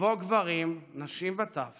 ובו גברים, נשים וטף